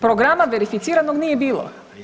Programa verificiranog nije bilo.